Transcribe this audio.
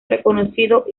reconocido